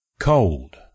Cold